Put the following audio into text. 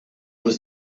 was